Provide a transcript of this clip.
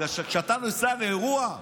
בגלל שכשאתה נוסע לאירוע,